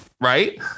right